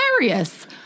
hilarious